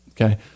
okay